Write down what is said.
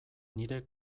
nire